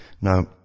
now